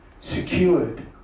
secured